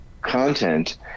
content